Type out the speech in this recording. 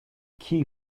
chi